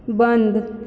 बन्द